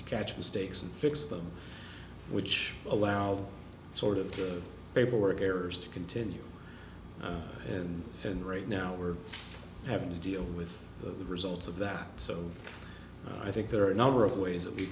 to catch mistakes and fix them which allowed sort of paperwork errors to continue and right now we're having to deal with the results of that so i think there are a number of ways that we